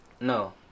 no